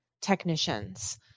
technicians